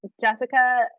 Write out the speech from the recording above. Jessica